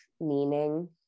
meaning